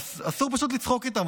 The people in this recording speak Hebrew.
אסור פשוט לצחוק איתם,